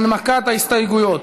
להנמקת ההסתייגויות.